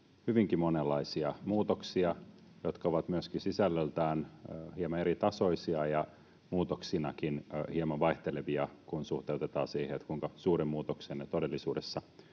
hyvinkin monenlaisia muutoksia, jotka ovat myöskin sisällöltään hieman eritasoisia ja muutoksinakin hieman vaihtelevia, kun suhteutetaan siihen, kuinka suuren muutoksen ne todellisuudessa